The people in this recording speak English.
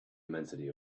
immensity